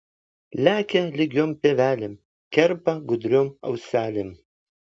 lekia lygiom pievelėm kerpa gudriom auselėm